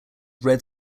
red